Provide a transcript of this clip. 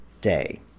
day